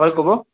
হয় ক'ব